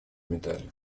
медали